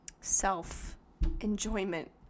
self-enjoyment